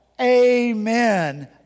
Amen